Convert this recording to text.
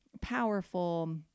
powerful